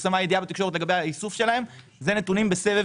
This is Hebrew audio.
פורסמה ידיעה בתקשורת לגבי האיסוף שלהם - זה נתונים בסבב